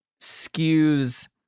skews